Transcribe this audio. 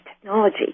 technology